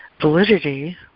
validity